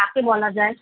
কাকে বলা যায়